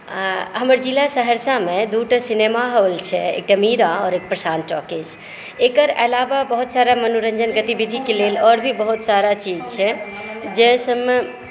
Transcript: हमर जिला सहरसामे दू टा सिनेमा हॉल छै एकटा मीरा आओर एकटा श्याम टॉकीज एकर अलावा बहुत सारा मनोरंजन गतिविधिके लेल और भी बहुत सारा चीज छै जाहि सबमे